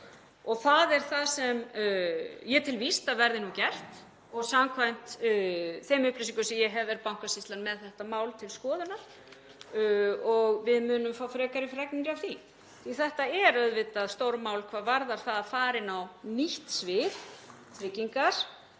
Það er það sem ég tel víst að verði nú gert. Samkvæmt þeim upplýsingum sem ég hef er Bankasýslan með þetta mál til skoðunar og við munum fá frekari fregnir af því, því að þetta er auðvitað stórmál hvað varðar það að fara inn á nýtt svið, tryggingar,